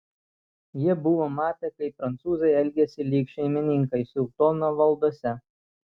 jie buvo matę kaip prancūzai elgiasi lyg šeimininkai sultono valdose